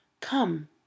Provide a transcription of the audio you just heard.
come